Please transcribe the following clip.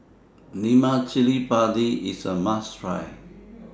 Lemak Cili Padi IS A must Try